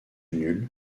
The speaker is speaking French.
nul